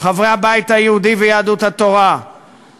חברי הבית היהודי ויהדות התורה,